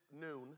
noon